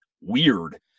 weird